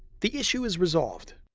the issue is resolved.